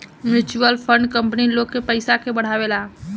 mutual fund company लोग के पयिसा के बढ़ावेला